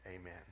Amen